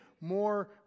more